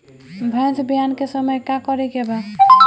भैंस ब्यान के समय का करेके बा?